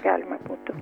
galima būtų